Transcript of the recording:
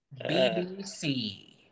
BBC